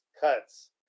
cuts